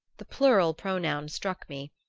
the plural pronoun struck me,